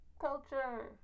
culture